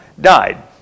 died